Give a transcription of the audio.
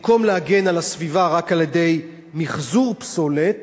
במקום להגן על הסביבה רק על-ידי מיחזור פסולת,